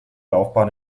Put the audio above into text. laufbahn